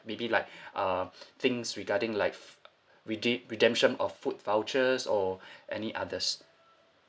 maybe like uh things regarding like f~ rede~ redemption of food vouchers or any others